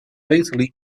fatally